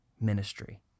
ministry